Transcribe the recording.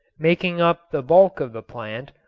making up the bulk of the plant,